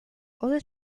other